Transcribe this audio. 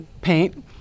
paint